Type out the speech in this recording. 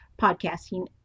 podcasting